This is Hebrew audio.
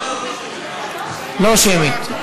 לא שמית.